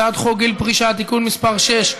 הצעת חוק גיל פרישה (תיקון מס' 6),